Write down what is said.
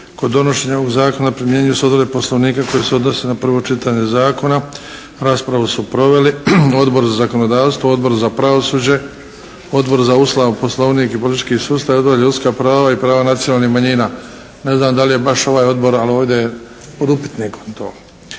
Kod donošenja ovog Zakona primjenjuju se odredbe Poslovnika koji se odnose na prvo čitanje zakona. Raspravu su proveli Odbor za zakonodavstvo, Odbor za pravosuđe, Odbor za Ustav, Poslovnik i politički sustav, Odbor za ljudska prava i prava nacionalnih manjina. Ne znam da li je baš ovaj odbor, ali ovdje je pod upitnikom to.